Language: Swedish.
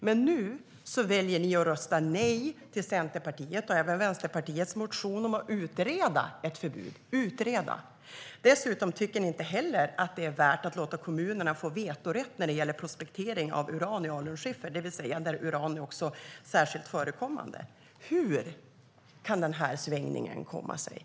Men nu väljer ni att rösta nej till Centerpartiets och Vänsterpartiets motioner om att utreda ett förbud. Hur kan denna svängning komma sig?